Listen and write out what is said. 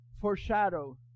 foreshadow